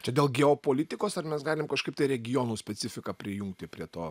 čia dėl geopolitikos ar mes galim kažkaip tai regionų specifiką prijungti prie to